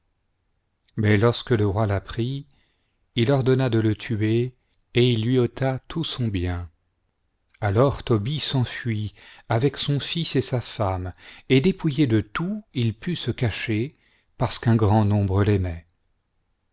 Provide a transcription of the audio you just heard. mais lorsque le roi l'apprit il ordonna de le tuer et il lui ôta tout son bien alors tobie s'enfuit avec son fils et sa femme et dépouillé de tout il put se cacher parce qu'un grand nomlire l'aimaient